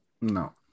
No